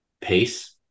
pace